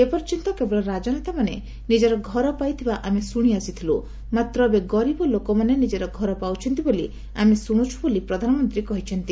ଏପର୍ଯ୍ୟନ୍ତ କେବଳ ରାଜନେତାମାନେ ନିଜର ଘର ପାଇଥିବା ଆମେ ଶୁଶିଆସିଥିଲୁ ମାତ୍ର ଏବେ ଗରିବ ଲୋକମାନେ ନିଜର ଘର ପାଉଛନ୍ତି ବୋଲି ଆମେ ଶୁଣୁଛୁ ବୋଲି ପ୍ରଧାନମନ୍ତ୍ରୀ କହିଛନ୍ତି